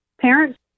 parents